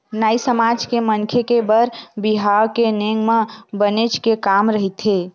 नाई समाज के मनखे के बर बिहाव के नेंग म बनेच के काम रहिथे